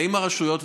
באות הרשויות,